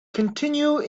continue